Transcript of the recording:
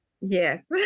Yes